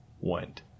went